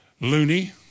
loony